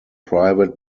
private